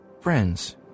Friends